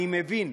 אני מבין,